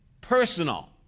personal